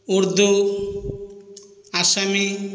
Urdu Assamese